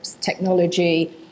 technology